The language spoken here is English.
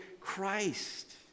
Christ